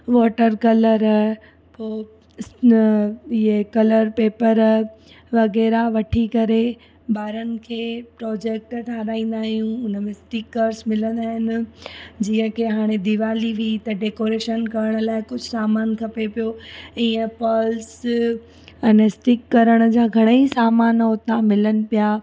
water colour ओ न इए कलर पेपर वग़ैरह वठी करे ॿारनि खे प्रोजेक्ट ठहिराईंदा आहियूं उन में स्टीकर्स मिलंदा आहिनि जीअं कि हाणे दिवाली बि कॾहिं कोरेशन करण लाइ कुझु सामान खपे पियो ईअं पर्स अने स्टिक करण जा घणा ई सामान उतां मिलनि पिया